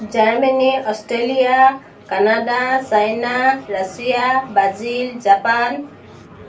Germany Australia Canada China Russia Brazil Japan